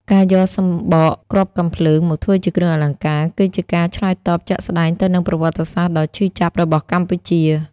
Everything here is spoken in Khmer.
ការយកសម្បកគ្រាប់កាំភ្លើងមកធ្វើជាគ្រឿងអលង្ការ គឺជាការឆ្លើយតបជាក់ស្ដែងទៅនឹងប្រវត្តិសាស្ត្រដ៏ឈឺចាប់របស់កម្ពុជា។